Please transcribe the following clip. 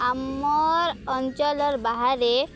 ଆମର୍ ଅଞ୍ଚଳର ବାହାରେ